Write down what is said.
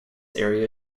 area